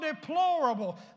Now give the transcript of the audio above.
deplorable